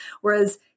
Whereas